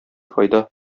файда